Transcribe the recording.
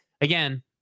again